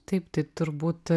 taip tai turbūt